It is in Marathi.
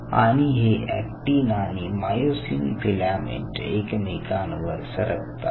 आणि हे अॅक्टिन आणि मायोसिन फिलॅमेंट एकमेकांवर सरकतात